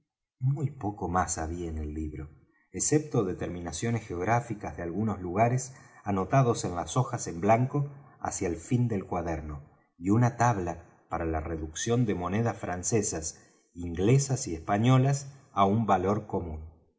muy poco más había en el libro excepto determinaciones geográficas de algunos lugares anotados en las hojas en blanco hacia el fin del cuaderno y una tabla para la reducción de monedas francesas inglesas y españolas á un valor común